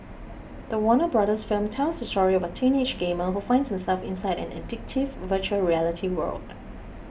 the Warner Bros film tells the story of a teenage gamer who finds himself inside an addictive Virtual Reality world